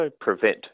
prevent